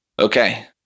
Okay